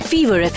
Fever